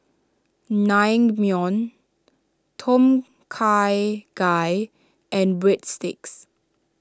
Naengmyeon Tom Kha Gai and Breadsticks